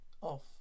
off